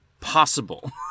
possible